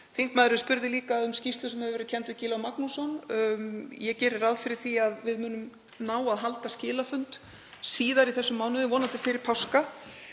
Þingmaðurinn spurði líka um skýrslu sem kennd hefur verið við Gylfa Magnússon. Ég geri ráð fyrir að við munum ná að halda skilafund síðar í þessum mánuði, vonandi fyrir páska.